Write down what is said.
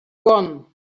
gone